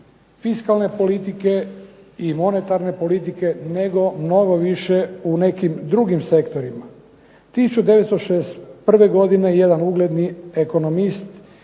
fiskalne politike i monetarne politike nego mnogo više u nekim drugim sektorima. 1961. godine jedan ugledni ekonomist